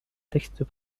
textes